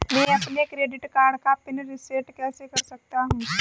मैं अपने credit card का पिन रिसेट कैसे कर सकता हूँ?